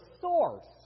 source